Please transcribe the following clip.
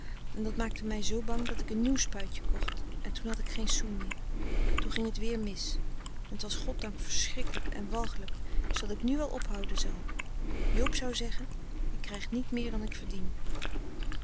en dat maakte mij zoo bang dat ik een nieuw spuitje kocht en toen had ik geen sou meer toen ging t weer mis het was goddank verschrikkelijk en walgelijk zoodat ik nu wel onthouden zal joob zou zeggen ik krijg niet meer dan ik verdien